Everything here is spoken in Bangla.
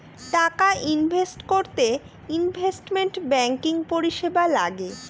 টাকা ইনভেস্ট করতে ইনভেস্টমেন্ট ব্যাঙ্কিং পরিষেবা লাগে